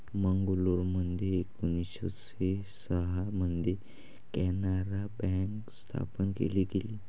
मंगलोरमध्ये एकोणीसशे सहा मध्ये कॅनारा बँक स्थापन केली गेली